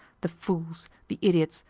the fools, the idiots,